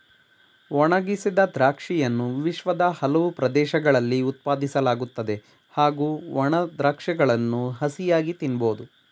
ಒಣಗಿಸಿದ ದ್ರಾಕ್ಷಿಯನ್ನು ವಿಶ್ವದ ಹಲವು ಪ್ರದೇಶಗಳಲ್ಲಿ ಉತ್ಪಾದಿಸಲಾಗುತ್ತದೆ ಹಾಗೂ ಒಣ ದ್ರಾಕ್ಷಗಳನ್ನು ಹಸಿಯಾಗಿ ತಿನ್ಬೋದು